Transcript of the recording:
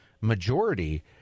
majority